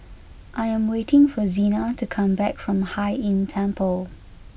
I am waiting for Zena to come back from Hai Inn Temple